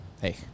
Hey